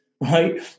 right